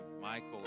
Michael